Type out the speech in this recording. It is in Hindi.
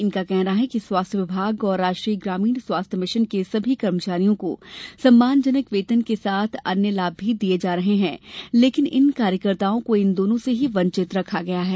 इनका कहना है कि स्वास्थ्य विभाग और राष्ट्रीय ग्रामीण स्वास्थ्य मिशन के सभी कर्मचरियों को सम्मानजनक वेतन के साथ अन्य लाम भी दिए जा रहे हैं लेकिन इन कार्यकर्ताओं को इन दोनों ही से वंचित रखा गया है